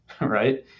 Right